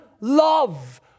love